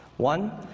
one,